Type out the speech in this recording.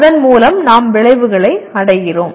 அதன் மூலம் நாம் விளைவுகளை அடைகிறோம்